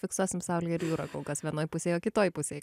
fiksuosim saulė ir jūra kol kas vienoj pusėj o kitoj pusėj